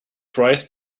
prize